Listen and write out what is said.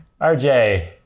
RJ